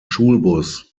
schulbus